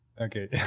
Okay